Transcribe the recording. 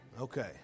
Okay